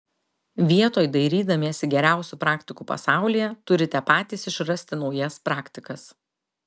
vietoj dairydamiesi geriausių praktikų pasaulyje turite patys išrasti naujas praktikas